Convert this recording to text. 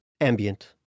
ambient